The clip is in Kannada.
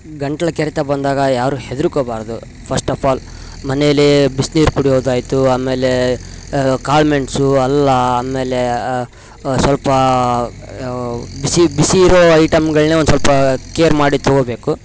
ಗಂಟ್ಲು ಕೆರೆತ ಬಂದಾಗ ಯಾರು ಹೆದ್ರ್ಕೋಬಾರದು ಫರ್ಸ್ಟ್ ಆಫ್ ಆಲ್ ಮನೇಲೆ ಬಿಸ್ನೀರು ಕುಡಿಯೋದಾಯಿತು ಆಮೇಲೆ ಕಾಳುಮೆಣ್ಸು ಅಲ್ಲ ಆಮೇಲೆ ಸ್ವಲ್ಪ ಬಿಸಿ ಬಿಸಿ ಇರೋ ಐಟಮ್ಗಳನ್ನೆ ಒಂದುಸ್ವಲ್ಪ ಕೇರ್ ಮಾಡಿ ತಗೋಬೇಕು